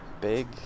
big